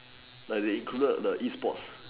like they included the E sports